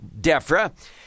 DEFRA